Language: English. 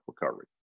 recovery